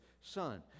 Son